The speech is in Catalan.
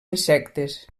insectes